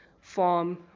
form